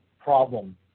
problem